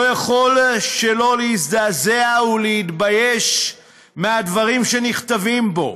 יכול שלא להזדעזע ולהתבייש מהדברים שנכתבים בו.